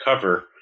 cover